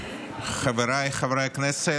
חבריי חברי הכנסת,